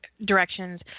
directions